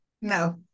no